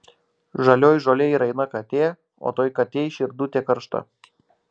žalioj žolėj raina katė o toj katėj širdutė karšta